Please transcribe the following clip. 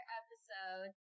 episode